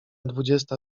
dwudziesta